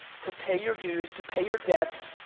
to pay your dues, to pay your debts,